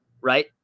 right